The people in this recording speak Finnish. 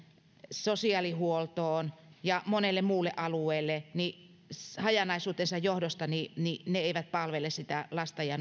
sosiaalihuoltoon ja monelle muulle alueelle niin hajanaisuutensa johdosta ne eivät palvele sitä lasta ja